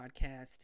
podcast